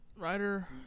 Rider